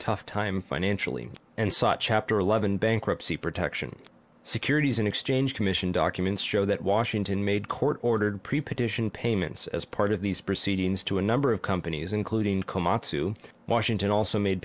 tough time financially and such chapter eleven bankruptcy protection securities and exchange commission documents show that washington made court ordered pre partition payments as part of these proceedings to enough of companies including komatsu washington also made